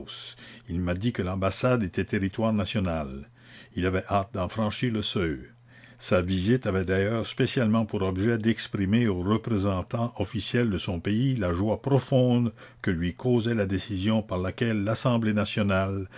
il m'a dit que l'ambassade était territoire national il avait hâte d'en franchir le seuil sa visite avait d'ailleurs spécialement pour objet d'exprimer au représentant officiel de son pays la joie profonde que lui la commune causait la décision par laquelle l'assemblée nationale